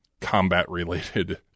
combat-related